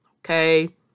okay